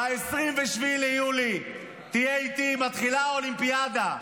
ב-27 ביולי תהיה איתי, מתחילה האולימפיאדה.